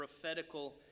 prophetical